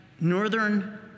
Northern